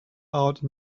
out